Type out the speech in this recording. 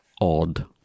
odd